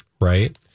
Right